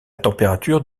température